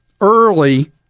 early